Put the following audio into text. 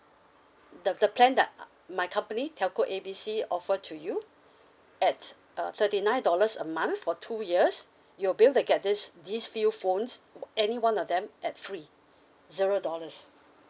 the the plan that uh my company telco A B C offer to you at uh thirty nine dollars a month for two years you be able to get this these few phones any one of them at free zero dollars